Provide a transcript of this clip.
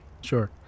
Sure